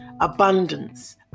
abundance